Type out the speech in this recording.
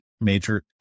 major